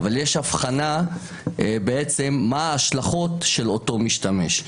אבל יש הבחנה בעצם מה ההשלכות של אותו משתמש.